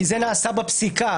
כי זה נעשה בפסיקה,